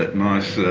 but nice